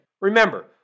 Remember